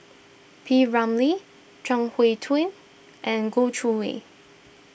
P Ramlee Chuang Hui Tsuan and Goh Chiew Lye